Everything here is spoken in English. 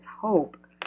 hope